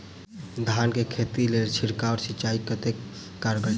धान कऽ खेती लेल छिड़काव सिंचाई कतेक कारगर छै?